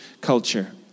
culture